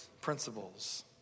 principles